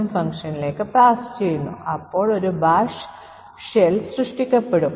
അവിടെ ഉണ്ടായിരുന്ന ഏത് കാനറിയും ഇപ്പോൾ 32 32 32 32 എന്നിവ ഉപയോഗിച്ച് പുനരാലേഖനം ചെയ്യപ്പെടുന്നു